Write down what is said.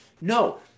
No